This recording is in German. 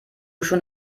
schon